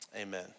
amen